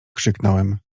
krzyknąłem